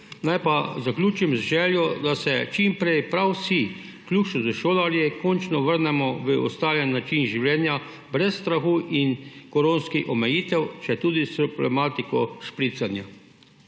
Naj zaključim z željo, da se čim prej prav vsi, vključno s šolarji, končno vrnemo v ustaljen način življenja brez strahuin koronskih omejitev, četudi s problematiko špricanja.